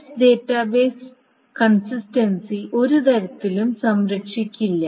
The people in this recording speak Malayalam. S ഡാറ്റാബേസ് കൺസിസ്റ്റൻസി ഒരു തരത്തിലും സംരക്ഷിക്കില്ല